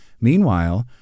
Meanwhile